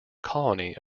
colony